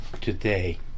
today